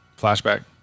flashback